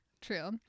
True